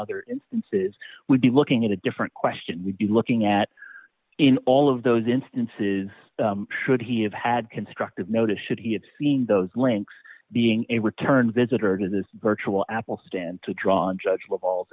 other instances would be looking at a different question would be looking at in all of those instances should he have had constructive notice should he have seen those links being a return visit or does this virtual apple stand to draw on judg